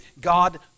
God